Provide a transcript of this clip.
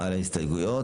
התקבלה.